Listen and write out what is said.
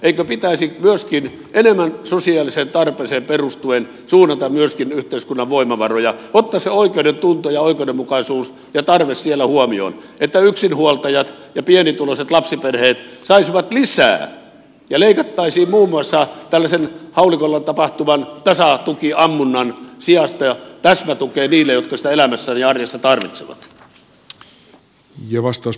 eikö pitäisi enemmän sosiaaliseen tarpeeseen perustuen suunnata yhteiskunnan voimavaroja ottaa se oikeudentunto ja oikeudenmukaisuus ja tarve siellä huomioon niin että yksinhuoltajat ja pienituloiset lapsiperheet saisivat lisää ja leikattaisiin muun muassa tällaisen haulikolla tapahtuvan tasatukiammunnan sijasta ja annettaisiin täsmätukea niille jotka sitä elämässään ja arjessaan tarvitsevat